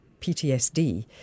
PTSD